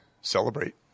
celebrate